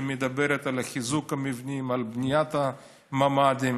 שמדברת על חיזוק המבנים, על בניית הממ"דים,